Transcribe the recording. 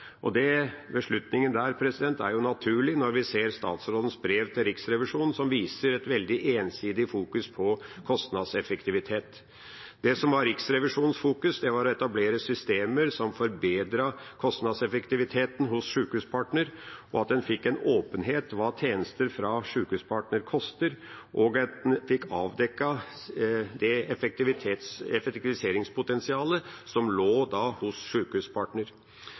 beslutningen er jo naturlig når vi ser statsrådens brev til Riksrevisjonen, som viser et veldig ensidig fokus på kostnadseffektivitet. Det som var Riksrevisjonens fokus, var å etablere systemer som forbedret kostnadseffektiviteten hos Sykehuspartner, at en fikk åpenhet om hva tjenester fra Sykehuspartner koster, og at en fikk avdekket effektiviseringspotensialet som lå hos Sykehuspartner.